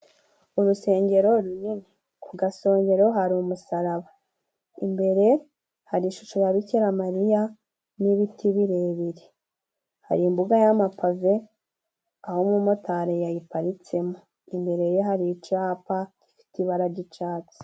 Urusengero runini. Ku gasongero hari umusaraba, imbere hari ishusho ya Bikiramariya n'ibiti birebire. Hari imbuga y'amapave aho umumotari yayiparitsemo. Imbere ye hari icapa gifite ibara ry'icatsi.